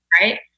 right